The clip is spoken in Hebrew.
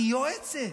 היא יועצת,